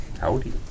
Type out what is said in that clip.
Howdy